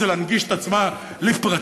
זה להנגיש את עצמה לפרטיה,